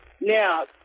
Now